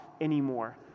anymore